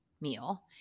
meal